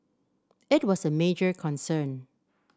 it was a major concern